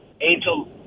Angel